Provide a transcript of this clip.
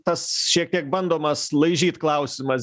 tas šiek tiek bandomas laižyt klausimas